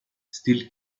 still